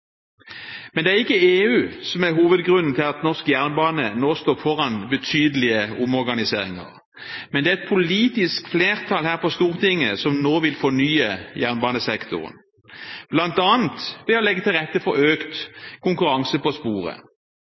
Men det er ikke EU som er hovedgrunnen til at norsk jernbane nå står foran betydelig omorganisering. Det er et politisk flertall her på Stortinget som nå vil fornye jernbanesektoren, bl.a. ved å legge til rette for økt konkurranse på sporet.